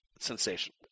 sensational